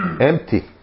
Empty